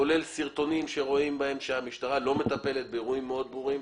כולל סרטונים ורואים שהמשטרה לא מטפלת באירועים מאוד ברורים.